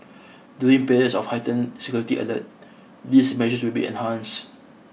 during periods of heightened security alert these measures will be enhanced